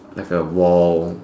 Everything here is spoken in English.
like a wall